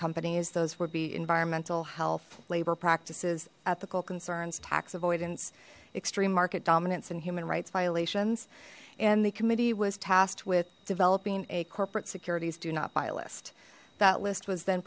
companies those would be environmental health labor practices ethical concerns tax avoidance extreme market dominance and human rights violations and the committee was tasked with developing a corporate securities do not buy list that list was then